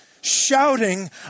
shouting